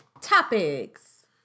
Topics